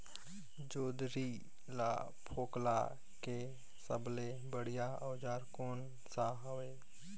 जोंदरी ला फोकला के सबले बढ़िया औजार कोन सा हवे?